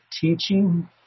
teaching